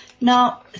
Now